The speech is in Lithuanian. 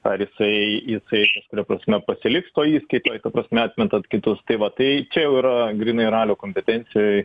ar jisai jisai kažkuria prasme pasiliks toj įskaitoj ta prasme atmetant kitus tai va tai čia jau yra grynai ralio kompetencijoj